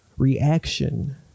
reaction